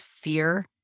fear